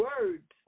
words